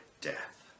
death